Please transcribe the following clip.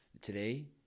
today